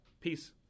Peace